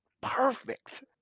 Perfect